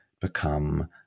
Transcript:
become